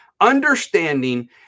understanding